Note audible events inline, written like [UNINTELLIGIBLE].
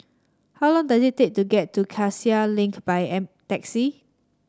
how long does it take to get to Cassia Link by [UNINTELLIGIBLE] taxi